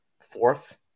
fourth